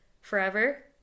forever